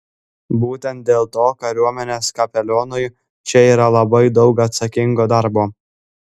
būtent dėl to kariuomenės kapelionui čia yra labai daug atsakingo darbo